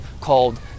called